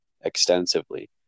extensively